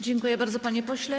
Dziękuję bardzo, panie pośle.